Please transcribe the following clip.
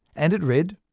and it read,